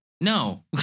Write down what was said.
no